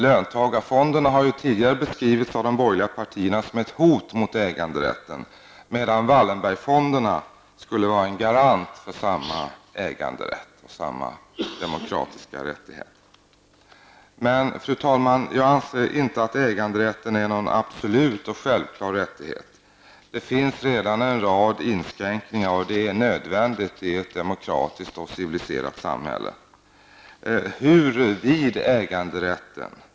Löntagarfonderna har, av de borgerliga partierna, tidigare beskrivits som ett hot mot äganderätten, medan Wallenbergfonderna skulle var en garant för samma äganderätt och samma demokratiska rättighet. Fru talman! Jag anser inte att äganderätten är någon absolut och självklar rättighet. Det finns redan en rad inskränkningar, och det är nödvändigt i ett demokratiskt och civiliserat samhälle.